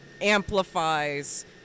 amplifies